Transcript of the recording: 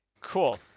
Cool